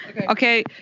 Okay